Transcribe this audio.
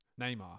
Neymar